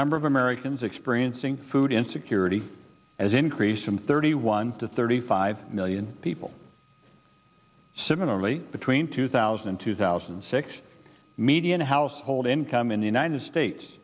number of americans experiencing food insecurity has increased from thirty one to thirty five million people similarly between two thousand and two thousand and six median household income in the united states